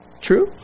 True